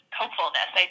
hopefulness